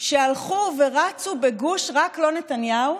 שהלכו ורצו בגוש "רק לא נתניהו",